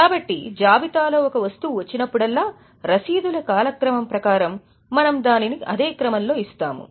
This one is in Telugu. కాబట్టి జాబితాలో ఒక వస్తువు వచ్చినప్పుడల్లా రశీదుల కాలక్రమం ప్రకారం మనము దానిని అదే క్రమంలో ఇస్తాము